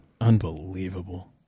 Unbelievable